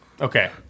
okay